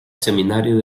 seminario